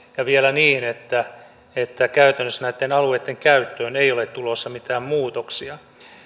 ja vielä niin että että käytännössä näitten alueitten käyttöön ei ole tulossa mitään muutoksia